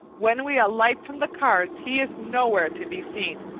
when we alight from the cars he is nowhere to be seen.